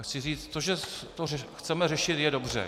Chci říct to, že to chceme řešit, je dobře.